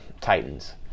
Titans